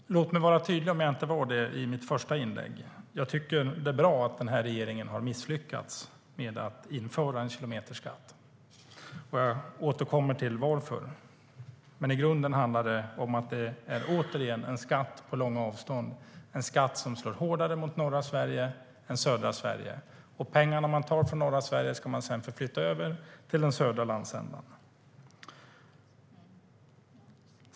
Fru talman! Låt mig vara tydlig, om jag inte var det i mitt första inlägg. Jag tycker att det är bra att den här regeringen har misslyckats med att införa en kilometerskatt, och jag återkommer till varför. Men i grunden handlar det om att det är en skatt på långa avstånd, en skatt som slår hårdare mot norra Sverige än mot södra Sverige. Och pengarna man tar från norra Sverige ska man sedan flytta över till den södra landsändan.